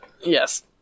yes